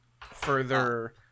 further